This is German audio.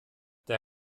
der